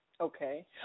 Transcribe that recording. Okay